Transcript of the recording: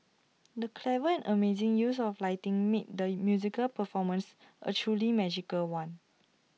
the clever and amazing use of lighting made the musical performance A truly magical one